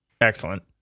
Excellent